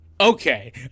Okay